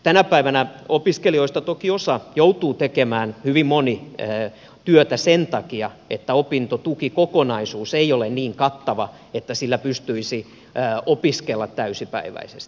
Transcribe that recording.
tänä päivänä opiskelijoista toki osa hyvin moni joutuu tekemään työtä sen takia että opintotukikokonaisuus ei ole niin kattava että sillä pystyisi opiskelemaan täysipäiväisesti